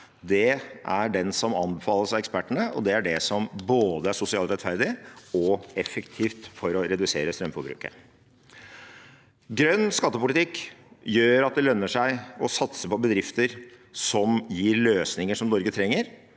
Det er det som anbefales av ekspertene, og det er det som er både sosialt rettferdig og effektivt for å redusere strømforbruket. Grønn skattepolitikk gjør at det lønner seg å satse på bedrifter som gir løsninger som Norge trenger,